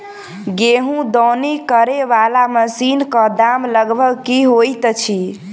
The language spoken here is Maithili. गेंहूँ दौनी करै वला मशीन कऽ दाम लगभग की होइत अछि?